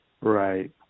Right